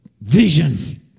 vision